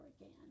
again